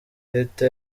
leta